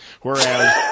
Whereas